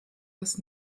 des